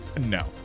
No